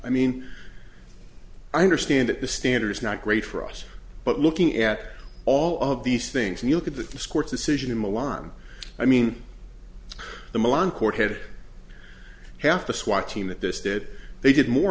i mean i understand that the standard is not great for us but looking at all of these things and you look at the discourse decision in milan i mean the milan court head half the swat team that this did they did more